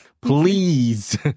Please